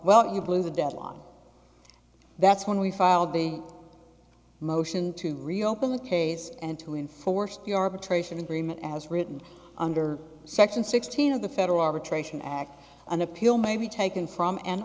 well you blew the deadline that's when we filed the motion to reopen the case and to enforce the arbitration agreement as written under section sixteen of the federal arbitration act an appeal may be taken from an